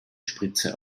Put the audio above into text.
spritze